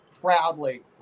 proudly